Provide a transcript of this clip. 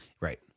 Right